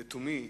לתומי,